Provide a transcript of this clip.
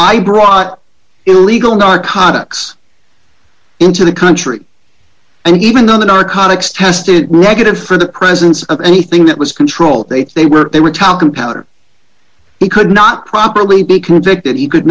i brought illegal narcotics into the country and even though the narcotics tested negative for the presence of anything that was controlled they they were they were talcum powder he could not probably be convicted he could